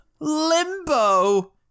Limbo